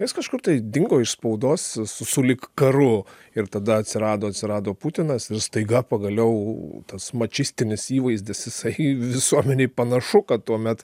nes kažkur dingo iš spaudos sulig karu ir tada atsirado atsirado putinas ir staiga pagaliau tas mačistinis įvaizdis jisai visuomenei panašu kad tuomet